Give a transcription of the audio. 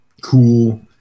cool